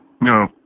No